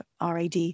RAD